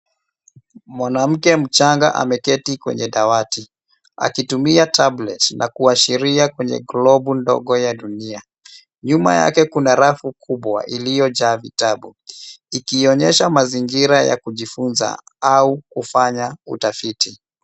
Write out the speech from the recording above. Mwanamke mchanga ameketi kwenye dawati, akitumia tablet na kuashiria kwenye globu ndogo ya dunia. Nyuma yake kuna rafu kubwa iliyojaa vitabu, ikionyesha mazingira ya kujifunza au kufanya utafiti.